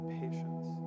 patience